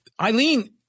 Eileen